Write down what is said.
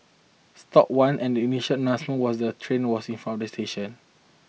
stopped one and the initial announcement was the train was in front at the station